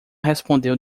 respondeu